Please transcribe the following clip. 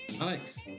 Alex